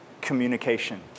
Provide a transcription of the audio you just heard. communication